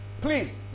please